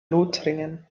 lothringen